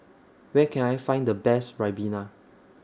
Where Can I Find The Best Ribena